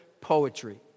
poetry